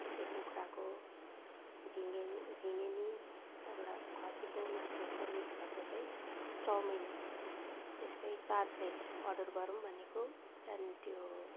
त्यस्तै कुखुराको झिङ्गे झिङ्गेनी त्यहाँबाट खसीको मासुहरूको मिक्सहरूको चाहिँ चाउमिन त्यस्तै चार प्लेट अर्डर गरौँ भनेको त्यहाँदेखिन् त्यो